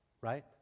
Right